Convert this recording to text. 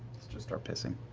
just start pissing.